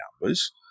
numbers